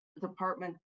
Department